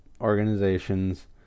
organizations